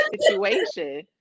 situation